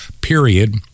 period